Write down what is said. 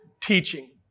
teaching